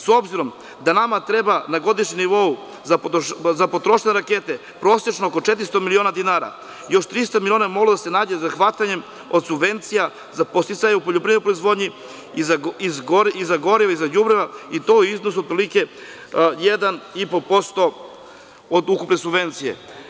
S obzirom da nama treba na godišnjem nivou za potrošnju rakete prosečno oko 400 miliona dinara, još 300 miliona mora da se nađe za hvatanje od subvencija za podsticaje u poljoprivrednoj proizvodnji i za goriva i za đubriva i to u iznosu otprilike 1,5% od ukupne subvencije.